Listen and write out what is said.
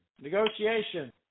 negotiation